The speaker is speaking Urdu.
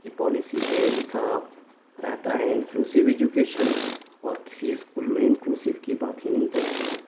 کی پالیسی پہ لکھا رہتا ہے انکلوسیو ایجوکیشن اور کسی اسکول میں انکلوسیو کی بات ہی نہیں کرتے ہیں